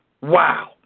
Wow